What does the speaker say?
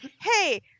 Hey